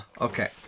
Okay